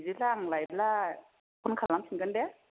बिदिब्ला आं लायब्ला फन खालामफिनगोन दे